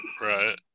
Right